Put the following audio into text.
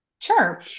Sure